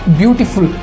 beautiful